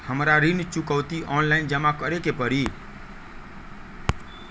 हमरा ऋण चुकौती ऑनलाइन जमा करे के परी?